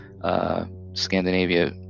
Scandinavia